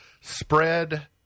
spread